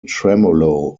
tremolo